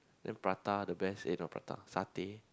then prata the best eh not prata satay